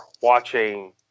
watching